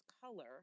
color